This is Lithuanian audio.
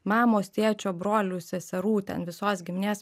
mamos tėčio brolių seserų ten visos giminės